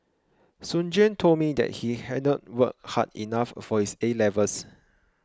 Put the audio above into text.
soon Juan told me that he hadn't worked hard enough for his A levels